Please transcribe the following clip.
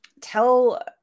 tell